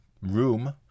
room